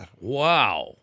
Wow